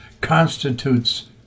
constitutes